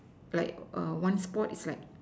like err one sport is like